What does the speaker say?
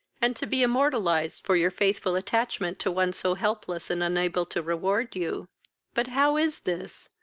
and to be immortalized for your faithful attachment to one so helpless and unable to reward you but how is this?